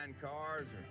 cars